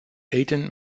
eten